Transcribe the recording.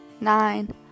nine